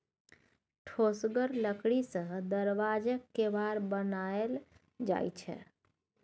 ठोसगर लकड़ी सँ दरबज्जाक केबार बनाएल जाइ छै